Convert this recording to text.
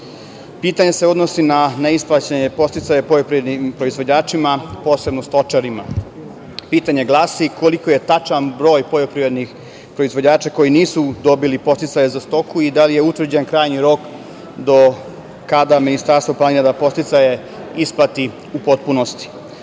Pitanje se odnosi na neisplaćene podsticaje poljoprivrednim proizvođačima, posebno stočarima, a glasi: koliko je tačan broj poljoprivrednih proizvođača koji nisu dobili podsticaje za stoku i da li je utvrđen krajnji rok do kada Ministarstvo planira da isplati podsticaje